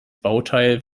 bauteil